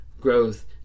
growth